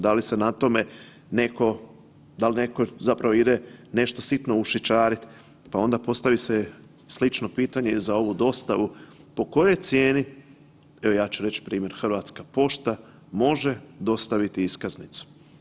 Da li na tome netko, da li netko ide zapravo nešto sitno ušičarit, pa onda postavi se slično pitanje i za ovu dostavu, po kojoj cijeni, evo ja ću reći primjer Hrvatska pošta može dostaviti iskaznicu.